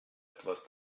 etwas